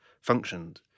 functioned